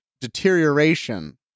deterioration